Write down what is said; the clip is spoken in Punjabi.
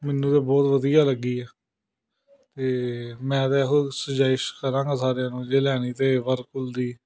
ਮੈਨੂੰ ਤਾਂ ਬਹੁਤ ਵਧੀਆ ਲੱਗੀ ਆ ਅਤੇ ਮੈਂ ਤਾਂ ਇਹੋ ਸੂਜੈਸ਼ ਕਰਾਂਗਾ ਸਾਰਿਆਂ ਨੂੰ ਜੇ ਲੈਣੀ ਤਾਂ ਵਰਕੁਲ ਦੀ